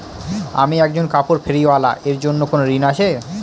আমি একজন কাপড় ফেরীওয়ালা এর জন্য কোনো ঋণ আছে?